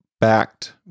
backed